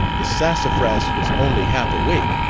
the sassafras was only half awake.